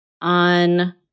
on